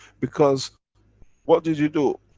because what did you do?